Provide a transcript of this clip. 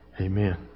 Amen